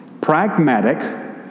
pragmatic